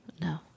no